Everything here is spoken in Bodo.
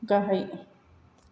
गाहाय